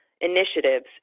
initiatives